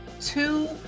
two